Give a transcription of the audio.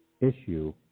issue